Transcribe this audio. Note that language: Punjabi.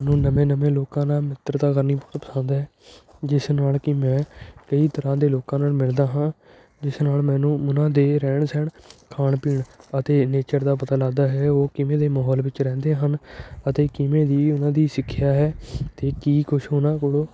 ਮੈਨੂੰ ਨਵੇਂ ਨਵੇਂ ਲੋਕਾਂ ਨਾਲ਼ ਮਿੱਤਰਤਾ ਕਰਨੀ ਬਹੁਤ ਪਸੰਦ ਹੈ ਜਿਸ ਨਾਲ਼ ਕਿ ਮੈਂ ਕਈ ਤਰ੍ਹਾਂ ਦੇ ਲੋਕਾਂ ਨਾਲ਼ ਮਿਲਦਾ ਹਾਂ ਜਿਸ ਨਾਲ਼ ਮੈਨੂੰ ਉਹਨਾਂ ਦੇ ਰਹਿਣ ਸਹਿਣ ਖਾਣ ਪੀਣ ਅਤੇ ਨੇਚਰ ਦਾ ਪਤਾ ਲੱਗਦਾ ਹੈ ਉਹ ਕਿਵੇਂ ਦੇ ਮਾਹੌਲ ਵਿੱਚ ਰਹਿੰਦੇ ਹਨ ਅਤੇ ਕਿਵੇਂ ਦੀ ਉਹਨਾਂ ਦੀ ਸਿੱਖਿਆ ਹੈ ਅਤੇ ਕੀ ਕੁਛ ਉਹਨਾਂ ਕੋਲੋਂ